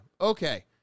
Okay